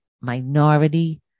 minority